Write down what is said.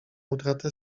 utratę